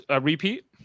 repeat